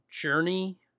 journey